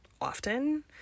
often